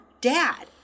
dad